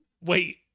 Wait